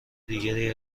دیگری